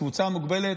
לקבוצה מוגבלת,